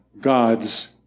God's